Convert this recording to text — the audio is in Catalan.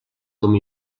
com